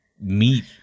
meat